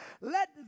let